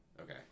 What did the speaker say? Okay